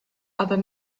other